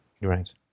Right